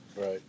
Right